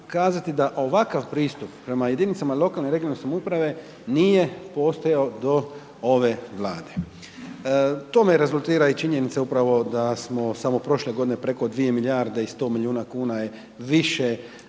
da ovakav pristup prema jedinicama lokalne i regionalne samouprave nije postojao do ove Vlade. Tome rezultira i činjenica upravo da smo samo prošle godine preko dvije milijarde i 100 milijuna kuna je više